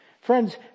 Friends